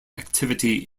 activity